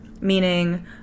meaning